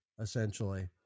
essentially